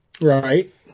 Right